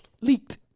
leaked